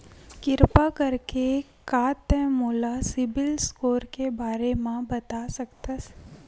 किरपा करके का तै मोला सीबिल स्कोर के बारे माँ बता सकथस?